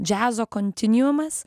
džiazo kontiniumas